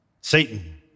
Satan